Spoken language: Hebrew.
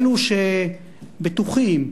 אלה שבטוחים,